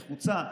נחוצה,